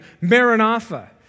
Maranatha